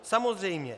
Samozřejmě.